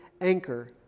anchor